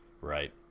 right